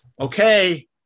Okay